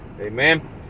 Amen